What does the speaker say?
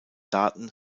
daten